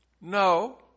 no